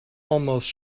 almost